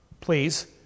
please